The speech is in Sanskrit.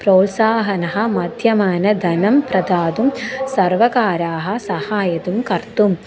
प्रोत्साहनं मध्यमानधनं प्रदातुं सर्वकाराः सहायं कर्तुम्